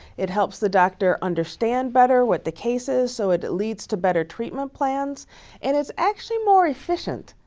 it helps the doctor understand better what the case is, so it leads to better treatment plans and it's actually more efficient.